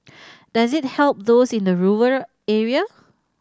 does it help those in the rural area